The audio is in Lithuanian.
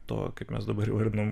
to kaip mes dabar ir imam